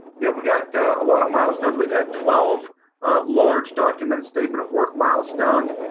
yeah, we got a lot of milestones. we've had twelve large document statement of work milestones.